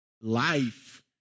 life